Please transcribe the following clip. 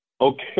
Okay